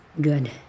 Good